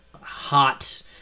hot